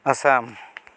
Assam